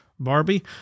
barbie